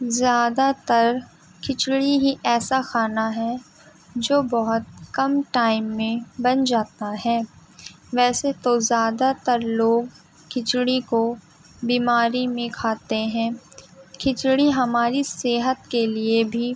زیادہ تر کھچڑی ہی ایسا کھانا ہے جو بہت کم ٹائم میں بن جاتا ہے ویسے تو زیادہ تر لوگ کھچڑی کو بیماری میں کھاتے ہیں کھچڑی ہماری صحت کے لیے بھی